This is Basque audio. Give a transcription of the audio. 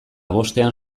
bostean